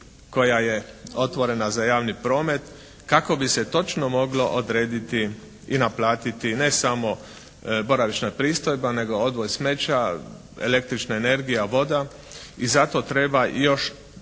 koja je otvorena za javni promet kako bi se točno moglo odrediti i naplatiti ne samo boravišna pristojba, nego odvoj smeća, električna energija, voda i zato treba još